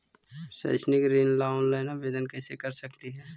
शैक्षिक ऋण ला ऑनलाइन आवेदन कैसे कर सकली हे?